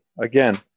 again